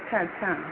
अच्छा अच्छा